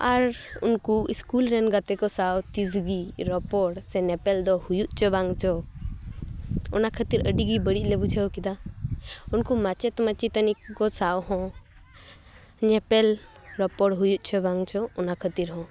ᱟᱨ ᱩᱱᱠᱩ ᱤᱥᱠᱩᱞ ᱨᱮᱱ ᱜᱟᱛᱮ ᱠᱚ ᱥᱟᱶ ᱛᱤᱥᱜᱤ ᱨᱚᱯᱚᱲ ᱥᱮ ᱧᱮᱯᱮᱞ ᱫᱚ ᱦᱩᱭᱩᱜ ᱪᱚ ᱵᱟᱝ ᱪᱚ ᱚᱱᱟ ᱠᱷᱟᱹᱛᱤᱨ ᱟᱹᱰᱤ ᱜᱮ ᱵᱟᱹᱲᱤᱡ ᱞᱮ ᱵᱩᱡᱷᱟᱹᱣ ᱠᱮᱫᱟ ᱩᱱᱠᱩ ᱢᱟᱪᱮᱫ ᱢᱟᱪᱮᱛᱟᱹᱱᱤ ᱠᱚ ᱥᱟᱶ ᱦᱚᱸ ᱧᱮᱯᱮᱞ ᱨᱚᱯᱚᱲ ᱦᱩᱭᱩᱜ ᱪᱚ ᱵᱟᱝ ᱪᱚ ᱚᱱᱟ ᱠᱷᱟᱹᱛᱤᱨ ᱦᱚᱸ